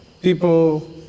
People